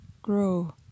grow